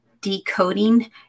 decoding